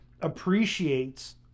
appreciates